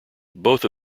both